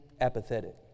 apathetic